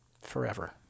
forever